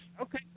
Okay